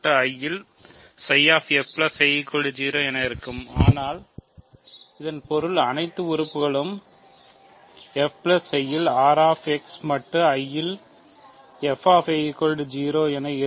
ker 0 என இருக்கும்